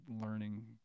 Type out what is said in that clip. learning